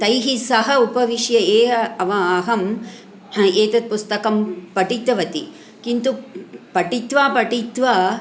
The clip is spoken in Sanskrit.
तैः सह उपविश्य एव अव अहम् एतत् पुस्तकं पठितवती किन्तु पठित्वा पठित्वा